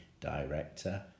director